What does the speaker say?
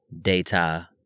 Data